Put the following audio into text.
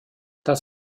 das